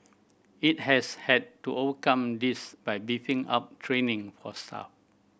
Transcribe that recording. it has had to overcome this by beefing up training for staff